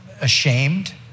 ashamed